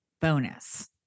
bonus